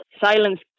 silence